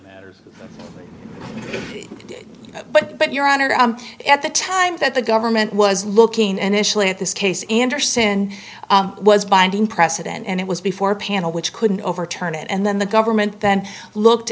honor but but your honor i'm at the time that the government was looking and initially at this case anderson was binding precedent and it was before panel which couldn't overturn it and then the government then looked